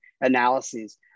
analyses